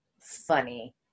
funny